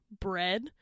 bread